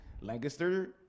Lancaster